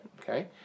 okay